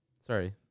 Sorry